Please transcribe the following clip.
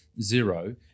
zero